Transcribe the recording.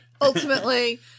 ultimately